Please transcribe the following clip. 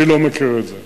אני לא מכיר את זה.